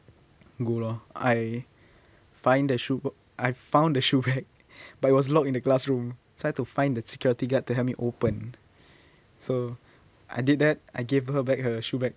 go lor I find the shoe b~ I found the shoe bag but it was locked in the classroom so I had to find the security guard to help me open so I did that I gave her back her shoe bag